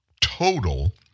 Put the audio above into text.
total